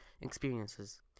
experiences